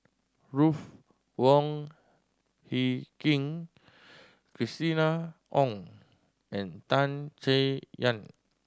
Ruth Wong Hie King Christina Ong and Tan Chay Yan